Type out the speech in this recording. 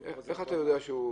איך אתה יודע?